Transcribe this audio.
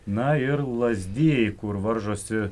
na ir lazdijai kur varžosi